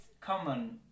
common